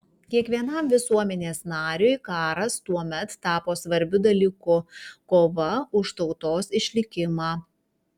kiekvienam visuomenės nariui karas tuomet tapo svarbiu dalyku kova už tautos išlikimą